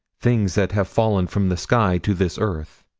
things that have fallen from the sky to this earth.